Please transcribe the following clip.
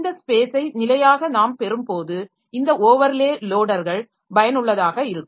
இந்த ஸ்பேஸை நிலையாக நாம் பெறும்போது இந்த ஒவர்லே லோடர்கள் பயனுள்ளதாக இருக்கும்